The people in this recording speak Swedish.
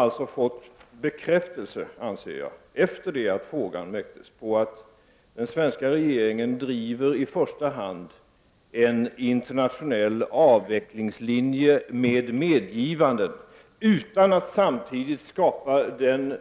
Jag anser mig emellertid, efter det att jag ställde frågan, ha fått bekräftelse på att den svenska regeringen i första hand driver en internationell avvecklingslinje med medgivanden, och detta utan att samtidigt skapa den